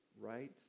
right